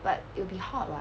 but it'll be hot [what]